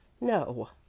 no